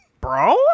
Bro